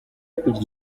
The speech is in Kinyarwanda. kugira